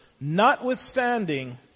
Notwithstanding